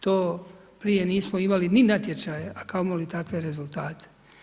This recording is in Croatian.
To prije nismo imali ni natječaja, a kamo li takve rezultate.